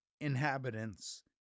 inhabitants